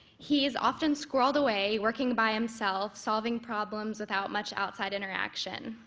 he is often squirreled away working by himself, solving problems without much outside interaction.